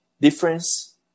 difference